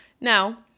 Now